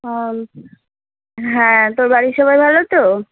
হ্যাঁ হ্যাঁ তোর বাড়ির সবাই ভালো তো